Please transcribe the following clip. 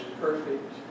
perfect